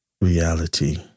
reality